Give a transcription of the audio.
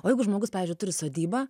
o jeigu žmogus pavyzdžiui turi sodybą